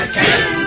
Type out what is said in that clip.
king